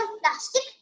plastic